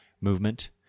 movement